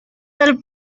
del